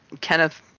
Kenneth